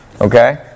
okay